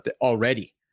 already